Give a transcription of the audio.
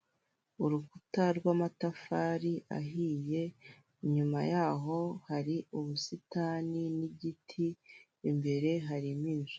Urukuta rw'amatafari ahiye inyuma yaho hari ubusitani n'igiti, imbere harimo inzu.